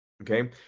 Okay